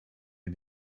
mes